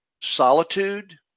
Solitude